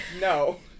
No